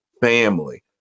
family